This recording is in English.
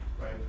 Right